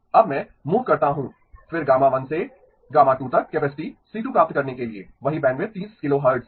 अब मैं मूव करता हूं फिर γ1 से γ2 तक कैपेसिटी C2 प्राप्त करने के लिए वही बैंडविड्थ 30 किलोहर्ट्ज़